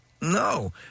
No